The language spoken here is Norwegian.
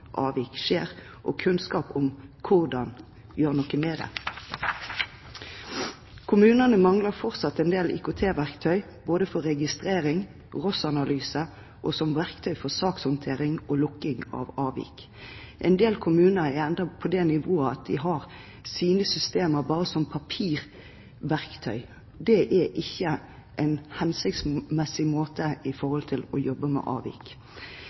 avvik skjer og kunnskap om hvordan man kan gjøre noe med det. Kommunene mangler fortsatt en del IKT-verktøy, både for registrering, ROS-analyser og som verktøy for sakshåndtering og lukking av avvik. En del kommuner er endatil på det nivået at de har sine systemer bare som papirverktøy. Det er ikke en hensiktsmessig måte å jobbe med avvik